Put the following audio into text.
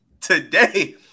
today